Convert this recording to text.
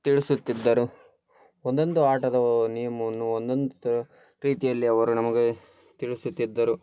ತಿಳಿಸುತ್ತಿದ್ದರು ಒಂದೊಂದು ಆಟದ ನಿಯಮವನ್ನು ಒಂದೊಂದು ತ ರೀತಿಯಲ್ಲಿ ಅವರು ನಮಗೆ ತಿಳಿಸುತ್ತಿದ್ದರು